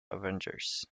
avengers